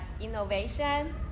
innovation